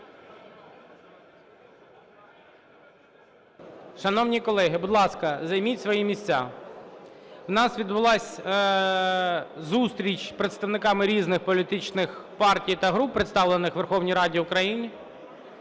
Шановні колеги, будь ласка, займіть свої місця. У нас відбулась зустріч з представниками різних політичних партій та груп, представлених у Верховній Раді України.